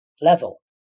level